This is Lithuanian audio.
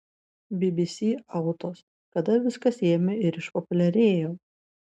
bbc autos kada viskas ėmė ir išpopuliarėjo